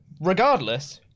Regardless